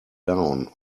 down